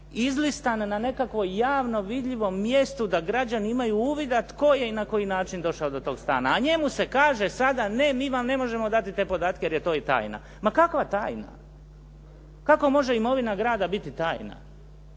izlistan na nekakvom javno vidljivom mjestu da građani imaju uvida tko je i na koji način došao do tog stana a njemu se kaže sada "Ne, mi vam ne možemo dati podatke jer je to tajna.". Ma kakva tajna? Kako može imovina grada biti tajna?